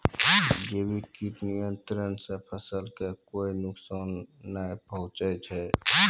जैविक कीट नियंत्रण सॅ फसल कॅ कोय नुकसान नाय पहुँचै छै